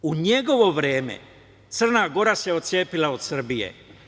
U njegovo vreme Crna Gora se otcepila od Srbije.